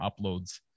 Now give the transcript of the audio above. uploads